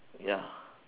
ya